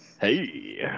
hey